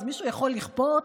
אז מישהו יכול לכפות?